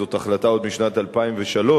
זאת החלטה עוד משנת 2003,